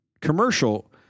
commercial